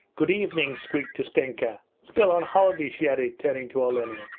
good evening squeaked ustenka. still on holiday she added, turning to olenin.